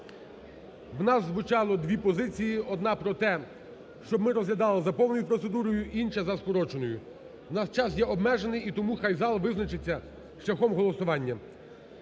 У нас звучало дві позиції: одна про те, щоб ми розглядали за повною процедурою, інша – за скороченою. В нас час є обмежений, і тому хай зал визначиться шляхом голосування.